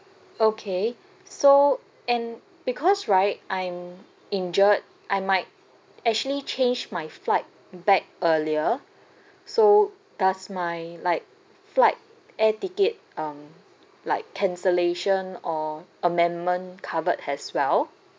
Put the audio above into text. okay so and because right I'm injured I might actually change my flight back earlier so does my like flight air ticket um like cancellation or amendment covered as well